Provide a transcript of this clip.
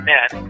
Men